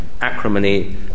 acrimony